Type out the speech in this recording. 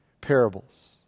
parables